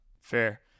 Fair